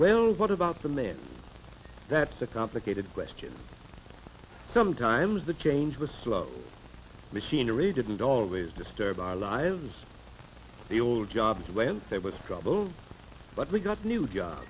well what about the man that's a complicated question sometimes the change was slow machinery didn't always disturb our lives the old jobs when there was trouble but we got new job